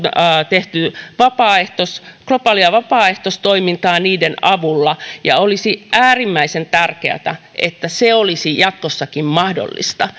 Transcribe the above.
tehty globaalia vapaaehtoistoimintaa niiden avulla ja olisi äärimmäisen tärkeätä että se olisi jatkossakin mahdollista